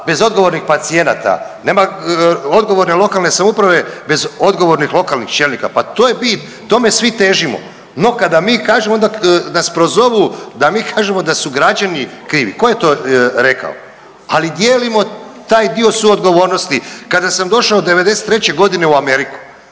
bez odgovornih pacijenata, nema odgovorne lokalne samouprave bez odgovornih lokalnih čelnika. Pa to je bit, tome svi težimo. No, kada mi kažemo, onda nas prozovu da mi kažemo da su građani krivi. Tko je to rekao? Ali dijelimo taj dio suodgovornosti. Kada sam došao '93. g. u Ameriku,